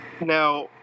now